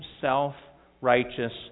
self-righteous